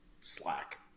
slack